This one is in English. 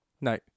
No